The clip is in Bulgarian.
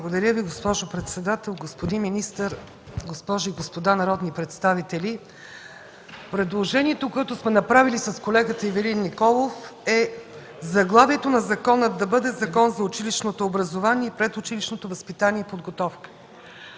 Благодаря Ви, госпожо председател. Господин министър, госпожи и господа народни представители! Предложението, което сме направили с колегата Ивелин Николов, е заглавието на закона да бъде „Закон за училищното образование и предучилищното възпитание и подготовка.”